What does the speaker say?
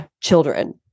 children